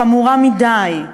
חמורה מדי,